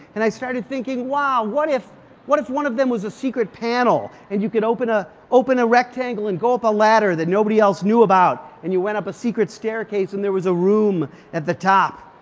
and i started thinking wow, what if what if one of them was a secret panel? and you could open a open a rectangle and go up a ladder that nobody else knew about? and you went up a secret staircase and there was a room at the top?